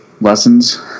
lessons